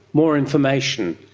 more information,